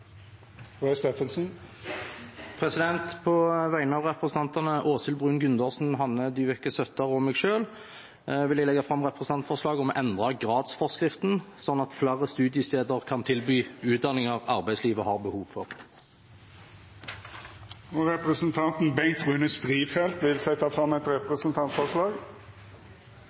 På vegne av representantene Åshild Bruun-Gundersen, Hanne Dyveke Søttar og meg selv vil jeg legge fram representantforslag om å endre gradsforskriften sånn at flere studiesteder kan tilby utdanninger arbeidslivet har behov for. Representanten Bengt Rune Strifeldt vil setja fram eit representantforslag.